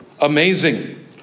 amazing